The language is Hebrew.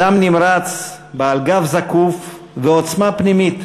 אדם נמרץ, בעל גב זקוף ועוצמה פנימית,